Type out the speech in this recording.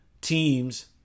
teams